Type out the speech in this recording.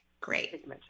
great